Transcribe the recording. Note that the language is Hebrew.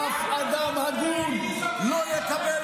אף אדם הגון לא יקבל